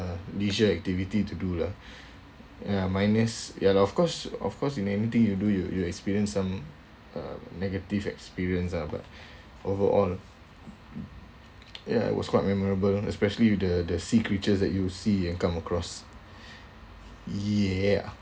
uh leisure activity to do lah ya minus ya of course of course in everything you do you you experience some uh negative experience ah but overall ya it was quite memorable especially with the sea creatures that you see and come across ya